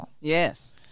Yes